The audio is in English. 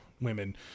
women